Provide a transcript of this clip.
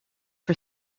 for